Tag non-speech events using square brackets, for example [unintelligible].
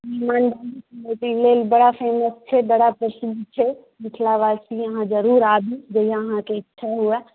[unintelligible] लेल बड़ा फेमस छै बड़ा प्रसिद्ध छै मिथिला वासी अहाँ जरूर आबी जहिया अहाँके इच्छा हुए